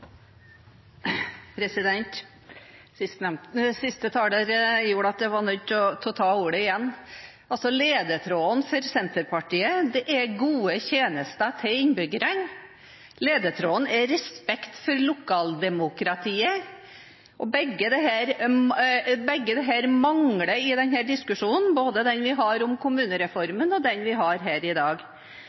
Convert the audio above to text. gjorde at jeg ble nødt til å ta ordet igjen. Altså: Ledetråden for Senterpartiet er gode tjenester til innbyggerne. Ledetråden er respekt for lokaldemokratiet. Og begge disse tingene mangler i denne diskusjonen, både den vi har om kommunereformen, og den vi har her i dag.